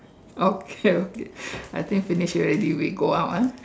okay okay I think finish already we go out ah